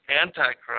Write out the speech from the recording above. Antichrist